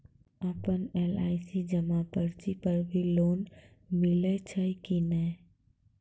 आपन एल.आई.सी जमा पर्ची पर भी लोन मिलै छै कि नै?